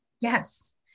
Yes